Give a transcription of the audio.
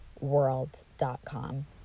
World.com